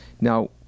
Now